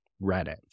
Reddit